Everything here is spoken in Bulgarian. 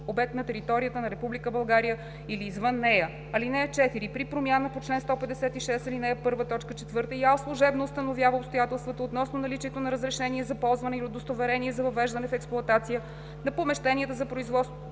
обект на територията на Република България или извън нея. (4) При промяна по чл. 156, ал. 1, т. 4 ИАЛ служебно установява обстоятелствата относно наличието на разрешение за ползване или удостоверение за въвеждане в експлоатация на помещенията за производство,